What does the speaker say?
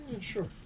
Sure